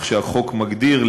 איך שהחוק מגדיר,